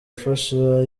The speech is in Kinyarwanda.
afashe